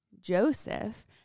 Joseph